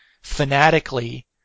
fanatically